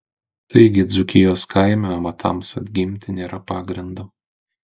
taigi dzūkijos kaime amatams atgimti nėra pagrindo